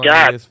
God